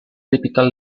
typical